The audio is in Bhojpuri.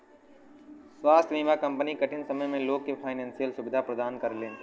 स्वास्थ्य बीमा कंपनी कठिन समय में लोग के फाइनेंशियल सुविधा प्रदान करलीन